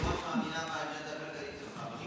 היושבת-ראש מאמינה באג'נדה הכלכלית שלך.